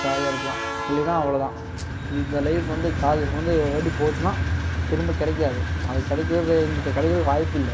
ஜாலியாக இருக்கலாம் இல்லைன்னா அவ்வளோ தான் இந்த லைஃப் வந்து காலேஜ் வந்து ஒருவாட்டி போச்சின்னா திரும்ப கிடைக்காது அது கிடைக்கிறது கிடைக்கிறதுக்கு வாய்ப்பில்லை